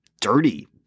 dirty